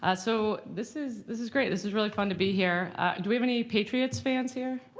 ah so this is this is great. this is really fun to be here. do we have any patriots fans here?